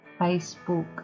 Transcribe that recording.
Facebook